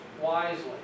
wisely